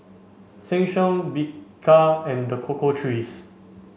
Sheng Siong Bika and The Cocoa Trees